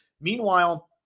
Meanwhile